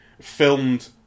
filmed